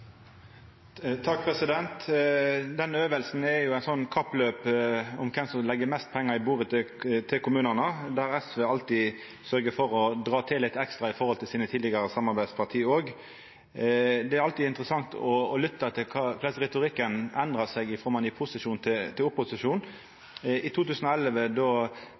Den øvinga er eit kappløp om kven som legg mest pengar på bordet til kommunane, der SV alltid sørgjer for å dra til litt ekstra i forhold til sine tidlegare samarbeidsparti òg. Det er alltid interessant å lytta til korleis retorikken endrar seg frå ein er i posisjon til opposisjon. I 2010 då